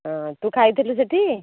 ହଁ ତୁ ଖାଇଥେଲୁ ସେହିଠି